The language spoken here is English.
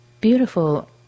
beautiful